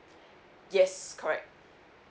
yes correct